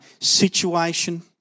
situation